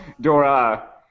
Dora